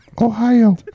Ohio